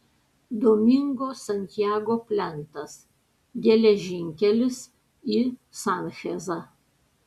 domingo santiago plentas geležinkelis į sanchezą